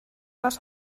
was